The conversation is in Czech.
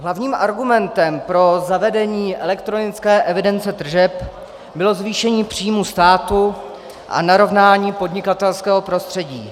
Hlavním argumentem pro zavedení elektronické evidence tržeb bylo zvýšení příjmů státu a narovnání podnikatelského prostředí.